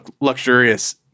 luxurious